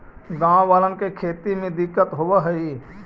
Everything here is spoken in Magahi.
गाँव वालन के खेती में दिक्कत होवऽ हई